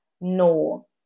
no